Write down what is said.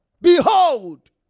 Behold